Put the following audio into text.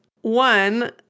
one